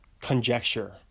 conjecture